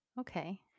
Okay